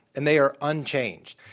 and they are unchanged.